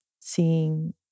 seeing